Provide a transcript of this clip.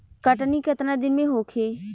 कटनी केतना दिन में होखे?